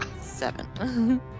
Seven